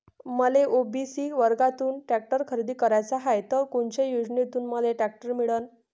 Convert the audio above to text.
मले ओ.बी.सी वर्गातून टॅक्टर खरेदी कराचा हाये त कोनच्या योजनेतून मले टॅक्टर मिळन?